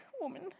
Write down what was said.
woman